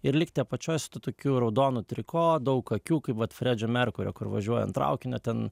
ir likti apačioj su tuo tokiu raudonu triko daug akių kai vat fredžio merkurio kur važiuojant traukiniu ten